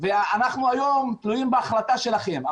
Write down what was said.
ואנחנו היום תלויים בהחלטה שלכם.